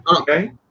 Okay